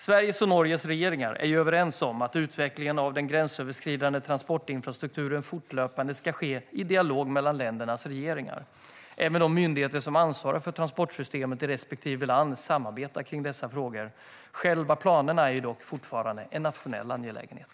Sveriges och Norges regeringar är överens om att utvecklingen av den gränsöverskridande transportinfrastrukturen fortlöpande ska ske i en dialog mellan ländernas regeringar. Även de myndigheter som ansvarar för transportsystemet i respektive land samarbetar kring dessa frågor. Själva planerna är dock fortfarande en nationell angelägenhet.